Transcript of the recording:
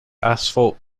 asphalt